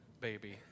baby